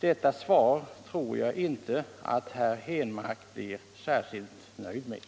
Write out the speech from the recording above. Detta svar tror jag inte att herr Henmark blir särskilt nöjd med.